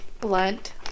blunt